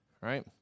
right